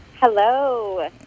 Hello